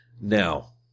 Now